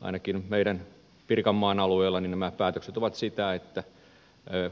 ainakin meidän pirkanmaan alueella nämä päätökset ovat sitä että